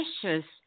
precious